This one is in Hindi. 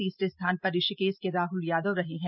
तीसरे स्थान पर ऋषिकेश के राह्ल यादव रहे हैं